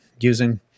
using